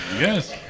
Yes